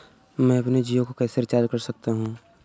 मैं अपने जियो को कैसे रिचार्ज कर सकता हूँ?